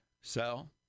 sell